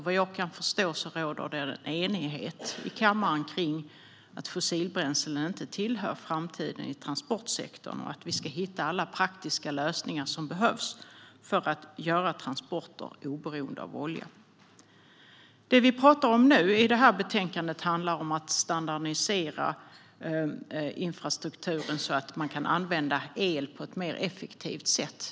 Vad jag kan förstå råder det enighet i kammaren om att fossilbränslen inte tillhör framtiden i transportsektorn och att vi ska hitta alla praktiska lösningar som behövs för att göra transporter oberoende av olja. Det vi nu talar om i betänkandet handlar om att standardisera infrastrukturen så att man kan använda el på ett mer effektivt sätt.